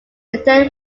attend